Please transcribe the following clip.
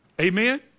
Amen